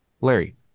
Larry